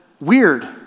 weird